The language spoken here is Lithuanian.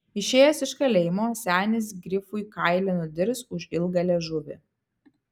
išėjęs iš kalėjimo senis grifui kailį nudirs už ilgą liežuvį